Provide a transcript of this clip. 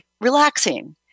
relaxing